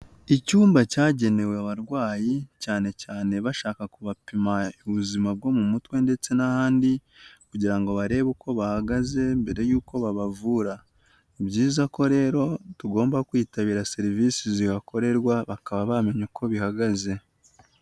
Icyumba cyagenewe abarwayi cyane cyane bashaka kubapima ubuzima bwo mu mutwe ndetse n'ahandi kugira ngo barebe uko bahagaze mbere y'uko babavura; ni byiza ko rero tugomba kwitabira serivisi zihakorerwa bakaba bamenya uko bihagaze.